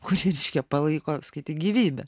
kurie reiškia palaiko skaityk gyvybę